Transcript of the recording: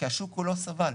כי השוק כולו סבל.